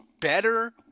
better